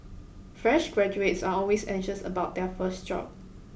fresh graduates are always anxious about their first job